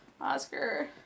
Oscar